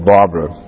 Barbara